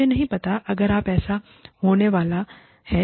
मुझे नहीं पता अगर ऐसा होने वाला है